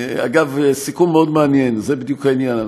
אגב, סיכום מאוד מעניין, זה בדיוק העניין.